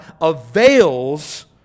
avails